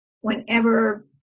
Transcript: whenever